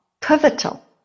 pivotal